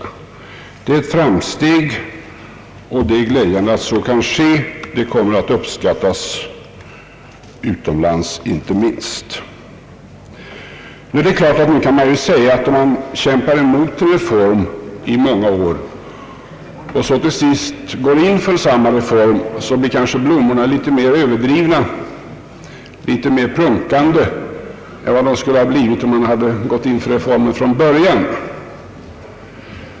Det är ett framsteg, och det är glädjande att så kan ske. Det kommer att uppskattas, inte minst utomlands. Om man kämpar emot en reform i många år och till sist går in för samma reform blir blommorna kanske litet mera prunkande än vad de skulle ha blivit om man hade gått in för reformen från början.